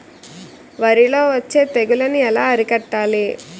వరిలో వచ్చే తెగులని ఏలా అరికట్టాలి?